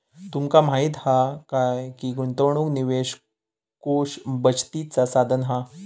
तुमका माहीत हा काय की गुंतवणूक निवेश कोष बचतीचा साधन हा